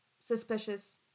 suspicious